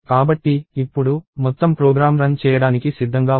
కాబట్టి ఇప్పుడు మొత్తం ప్రోగ్రామ్ రన్ చేయడానికి సిద్ధంగా ఉంది